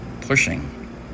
pushing